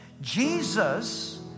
Jesus